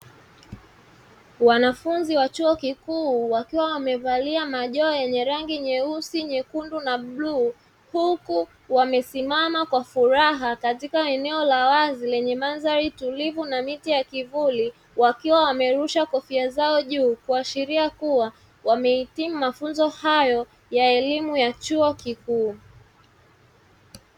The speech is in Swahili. Wanafunzi wa chuo kikuu wakiwa wamevalia majoho yenye rangi nyeusi, nyekundu na bluu, huku wamesimama kwa furaha katika eneo la wazi lenye mandhari tulivu na miti ya kivuli wakiwa wamerusha kofia zao juu kuashiria kuwa wamehitimu mafunzo hayo ya elimu ya chuo kikuu.